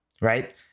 right